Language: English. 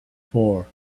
four